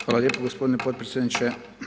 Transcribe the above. Hvala lijepo gospodine potpredsjedniče.